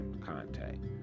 contact